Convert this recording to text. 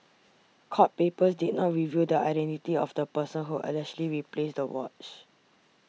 court papers did not reveal the identity of the person who allegedly replaced the watch